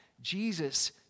Jesus